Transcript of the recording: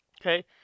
Okay